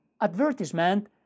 advertisement